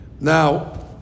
Now